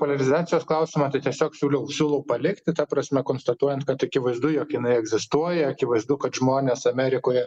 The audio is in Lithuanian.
poliarizacijos klausimą tai tiesiog siūliau siūlau palikti ta prasme konstatuojant kad akivaizdu jog jinai egzistuoja akivaizdu kad žmonės amerikoje